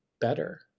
better